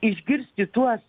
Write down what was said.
išgirsti tuos